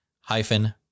hyphen